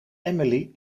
emily